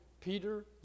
Peter